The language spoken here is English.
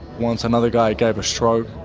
once another guy i gave a stroke.